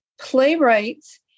playwrights